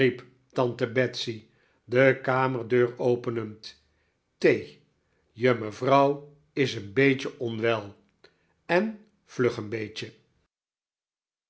tante betsey de kamerdeur openend thee je mevrouw is een beetje onwel en vlug een beetje